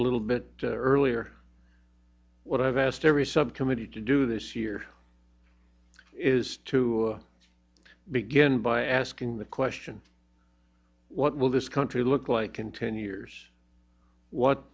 a little bit earlier what i've asked every subcommittee to do this year is to begin by asking the question what will this country look like in ten years what